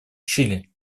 чили